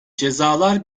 cezalar